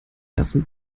ersten